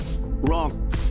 wrong